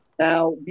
Now